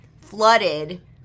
flooded